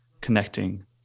connecting